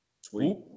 Sweet